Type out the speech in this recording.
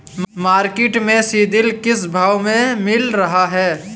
Market में सीद्रिल किस भाव में मिल रहा है?